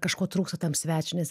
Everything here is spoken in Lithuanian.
kažko trūksta tam svečiui nes